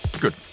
Good